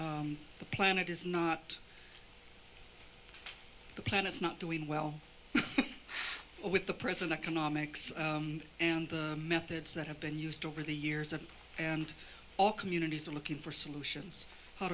the planet is not the plan it's not doing well with the present economics and the methods that have been used over the years and and all communities are looking for solutions how